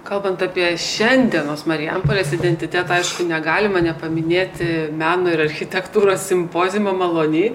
kalbant apie šiandienos marijampolės identitetą aišku negalima nepaminėti meno ir architektūros simpoziumo malony